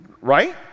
right